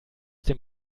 dem